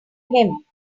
him